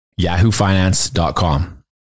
yahoofinance.com